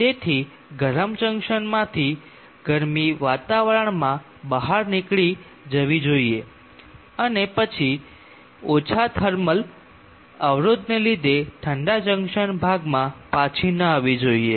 તેથી ગરમ જંકશનમાંથી ગરમી વાતાવરણમાં બહાર નીકળી જવી જોઈએ અને ઓછા થર્મલ અવરોધ લીધે ઠંડા જંકશન ભાગમાં પાછી ન આવવી જોઈએ